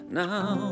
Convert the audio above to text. now